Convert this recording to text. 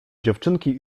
dziewczynki